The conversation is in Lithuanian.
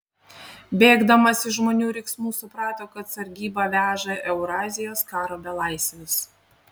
bėgdamas iš žmonių riksmų suprato kad sargyba veža eurazijos karo belaisvius